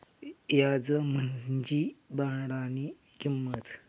याज म्हंजी भाडानी किंमत